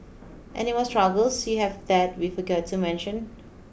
any more struggles you have that we forgot to mention